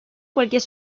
cualquier